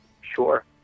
Sure